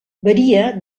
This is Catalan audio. varia